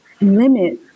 limit